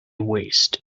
waste